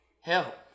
Help